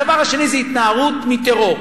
הדבר השני זה התנערות מטרור.